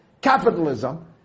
Capitalism